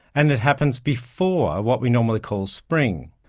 and it happens before what we normally call spring.